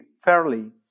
fairly